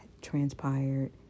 transpired